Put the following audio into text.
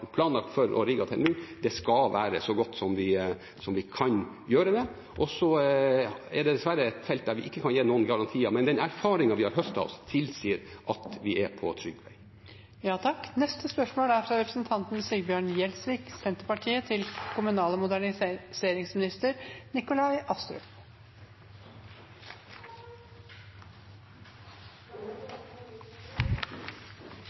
planlagt for og rigget til nå, skal være så godt som vi kan gjøre det. Dette er dessverre et felt der vi ikke kan gi noen garantier, men den erfaringen vi har høstet, tilsier at vi er på trygg vei. «Raskatastrofen i Gjerdrum rammet et helt lokalsamfunn hardt og brutalt og har berørt hele Norge. Nødetater, frivillige og